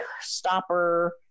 stopper